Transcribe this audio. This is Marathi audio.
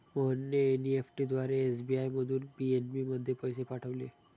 मोहनने एन.ई.एफ.टी द्वारा एस.बी.आय मधून पी.एन.बी मध्ये पैसे पाठवले